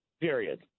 Period